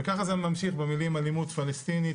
וכך גם ממשיך במילים "אלימות פלסטינית",